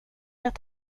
att